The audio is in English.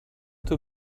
too